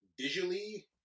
visually